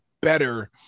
better